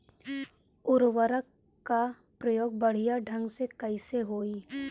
उर्वरक क प्रयोग बढ़िया ढंग से कईसे होई?